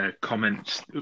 comments